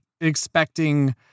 expecting